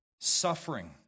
Suffering